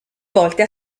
volte